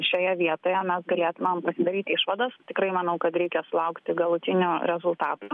šioje vietoje mes galėtumėm pasidaryt išvadas tikrai manau kad reikia sulaukti galutinių rezultatų